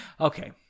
Okay